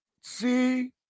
See